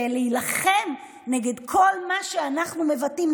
זה להילחם נגד כל מה שאנחנו מבטאים,